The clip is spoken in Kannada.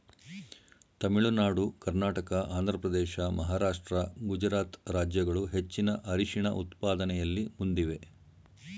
ತಮಿಳುನಾಡು ಕರ್ನಾಟಕ ಆಂಧ್ರಪ್ರದೇಶ ಮಹಾರಾಷ್ಟ್ರ ಗುಜರಾತ್ ರಾಜ್ಯಗಳು ಹೆಚ್ಚಿನ ಅರಿಶಿಣ ಉತ್ಪಾದನೆಯಲ್ಲಿ ಮುಂದಿವೆ